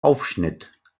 aufschnitt